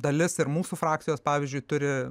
dalis ir mūsų frakcijos pavyzdžiui turi